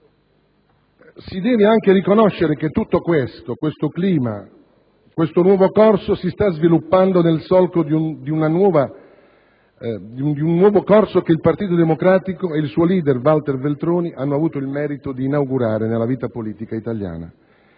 Si deve anche riconoscere che questo clima si sta sviluppando nel solco di un nuovo corso che il Partito Democratico ed il suo *leader* Walter Veltroni hanno avuto il merito di inaugurare nella vita politica italiana.